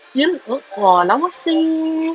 ya oh !wah! lawa seh